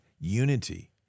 unity